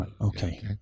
Okay